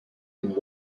and